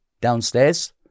downstairs